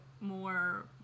more